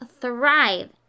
thrive